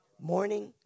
Morning